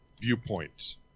viewpoints